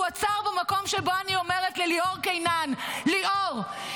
הוא עצר במקום שבו אני אומרת לליאור קינן: ליאור,